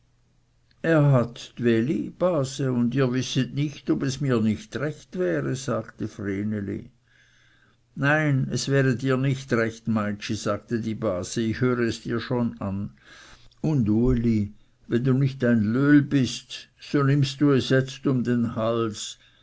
er hat dwehli base und ihr wisset nicht ob es mir nicht recht wäre sagte vreneli nein es wäre dir nicht recht meitschi sagte die base ich höre es dir schon an und uli wenn du nicht ein löhl bist so nimmst du es jetzt um den hals